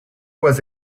was